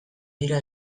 dira